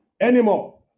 anymore